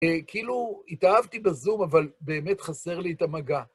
כאילו, התאהבתי בזום, אבל באמת חסר לי את המגע.